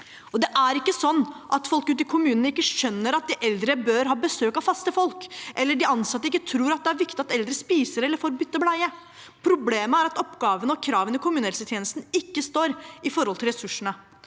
Det er ikke sånn at folk ute i kommunene ikke skjønner at de eldre bør ha besøk av faste folk, eller at de ansatte ikke tror at det er viktig at eldre spiser eller får byttet bleie. Problemet er at oppgavene og kravene i kommunehelsetjenesten ikke står i forhold til ressursene.